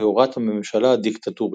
בהוראת הממשלה הדיקטטורית.